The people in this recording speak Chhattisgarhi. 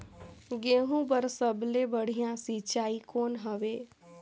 गहूं बर सबले बढ़िया सिंचाई कौन हवय?